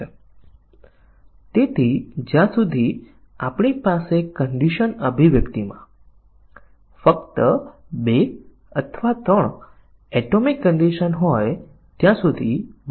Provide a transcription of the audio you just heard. અને તેથી જ્યાં સુધી આપણે મજબૂત પરીક્ષણ કરી રહ્યા છીએ અને ત્યાં ઘણી નબળા પરીક્ષણો છે તો તેમાથી આપણે કોઈ પણ નબળા પરીક્ષણો કરવાની જરૂર નથી ફક્ત એક મજબૂત પરીક્ષણ પૂરતું છે